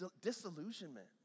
disillusionment